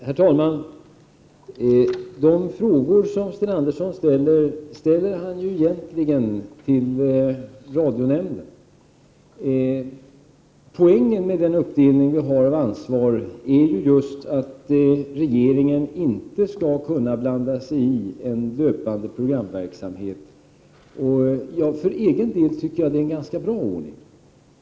Herr talman! Sten Andersson ställer egentligen frågorna till radionämnden. Poängen med den uppdelning av ansvaret som vi har är just att regeringen inte skall kunna blanda sig i den löpande programverksamheten. För egen del tycker jag att det är en ganska bra ordning.